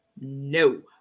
no